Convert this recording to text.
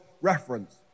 reference